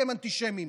אתם אנטישמים.